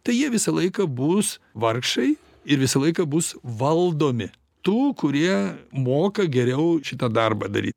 tai jie visą laiką bus vargšai ir visą laiką bus valdomi tų kurie moka geriau šitą darbą daryt